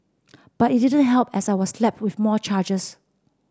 but it didn't help as I was slapped with more charges